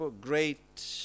great